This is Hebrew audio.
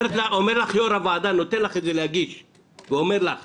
יו"ר הוועדה אומר לך